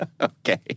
Okay